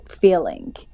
feeling